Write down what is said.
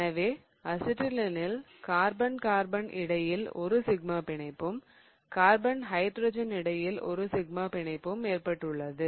எனவே அசிட்டிலீனில் carbon carbon இடையில் ஒரு சிக்மா பிணைப்பும் கார்பன் ஹைட்ரஜன் இடையில் ஒரு சிக்மா பிணைப்பும் ஏற்பட்டுள்ளது